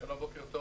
בוקר טוב.